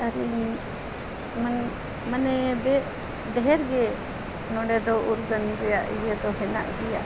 ᱟᱨ ᱟᱹᱞᱤᱧ ᱢᱟᱱᱮ ᱢᱟᱱᱮ ᱵᱮ ᱰᱷᱮᱨᱜᱮ ᱱᱚᱰᱮ ᱫᱚ ᱩᱨᱜᱟᱹᱱ ᱨᱮᱱᱟᱜ ᱤᱭᱟᱹ ᱫᱚ ᱦᱮᱱᱟᱜ ᱜᱮᱭᱟ